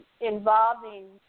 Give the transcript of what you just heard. involving